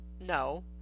no